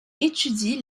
étudie